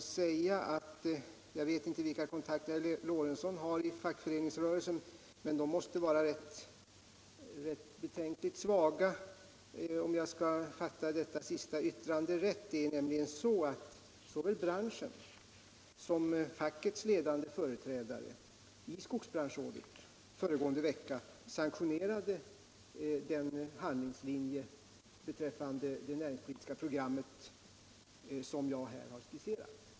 Jag vet inte vilka kontakter herr Lorentzon har i fackföreningsrörelsen, men de måste vara betänkligt svaga, om jag fattade herr Lorentzons sista yttrande rätt. Såväl branschen som fackets ledande företrädare i skogsbranschrådet sanktionerade nämligen föregående vecka den handlingslinje beträffande det näringspolitiska programmet som jag här har skisserat.